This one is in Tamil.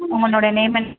உங்களோடய நேம் என்ன